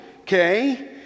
okay